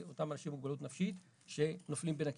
אותם אנשים עם מוגבלות נפשית שנופלים בין הכיסאות.